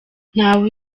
ntawe